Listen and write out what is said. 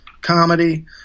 comedy